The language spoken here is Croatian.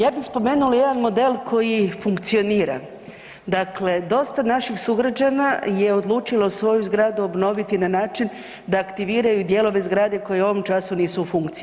Ja bi spomenula jedan model koji funkcionira, dakle dosta naših sugrađana je odlučilo svoju zgradu obnoviti na način da aktiviraju dijelove zgrade koje u ovom času nisu u funkciji.